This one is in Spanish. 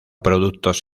productos